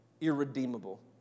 irredeemable